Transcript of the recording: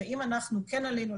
ואם אנחנו כן עלינו,